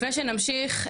לפני שנמשיך,